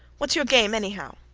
whats your game, anyhow?